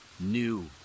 new